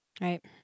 Right